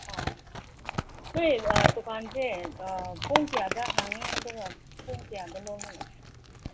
ꯑꯣ ꯅꯣꯏ ꯗꯨꯀꯥꯟꯁꯦ ꯄꯨꯡ ꯀꯌꯥꯗ ꯍꯥꯡꯉꯤ ꯑꯗꯨꯒ ꯄꯨꯡ ꯀꯌꯥꯗ ꯂꯣꯟꯂꯤ